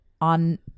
on